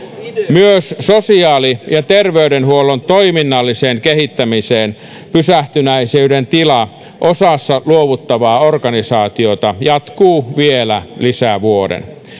myös sosiaali ja terveydenhuollon toiminnallisen kehittämisen pysähtyneisyyden tila osassa luovuttavia organisaatioita jatkuu vielä lisävuoden